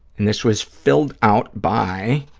and this was filled out by